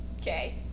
Okay